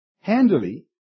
Handily